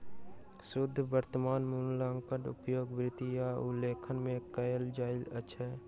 शुद्ध वर्त्तमान मूल्यक उपयोग वित्त आ लेखांकन में कयल जाइत अछि